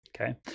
Okay